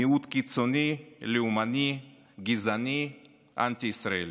מיעוט קיצוני, לאומני, גזעני, אנטי-ישראלי.